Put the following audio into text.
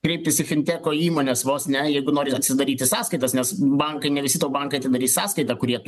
kreiptis į finteko įmones vos ne jeigu nori atsidaryti sąskaitas nes bankai ne visi tau bankai atsidarys sąskaitą kurie